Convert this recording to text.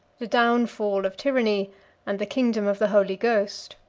the downfall of tyranny and the kingdom of the holy ghost.